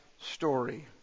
story